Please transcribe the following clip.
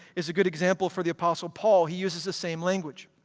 is a good example for the apostle paul. he uses the same language.